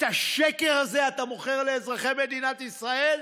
את השקר הזה אתה מוכר לאזרחי מדינת ישראל?